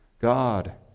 God